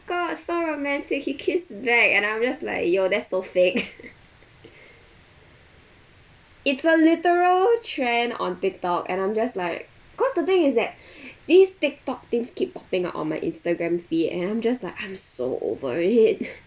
god so romantic he kissed back and I'm just like yo that's so fake it's a literal trend on Tiktok and I'm just like cause the thing is that these Tiktok things keep popping up on my Instagram feed and I'm just like I'm so over it